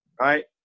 right